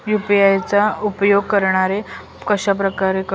UPI चा उपयोग आपण कशाप्रकारे करु शकतो?